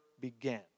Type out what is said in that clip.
began